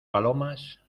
palomas